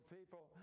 people